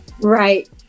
Right